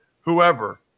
whoever